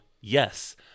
yes